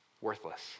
worthless